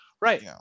right